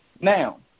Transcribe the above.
Now